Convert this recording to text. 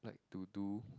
to do